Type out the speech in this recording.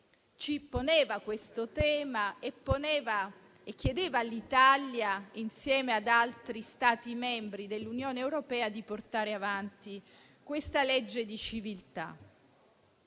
ci poneva questo tema e chiedeva all'Italia, insieme ad altri Stati membri dell'Unione europea, di portare avanti questa legge di civiltà.